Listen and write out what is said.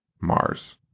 Mars